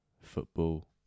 Football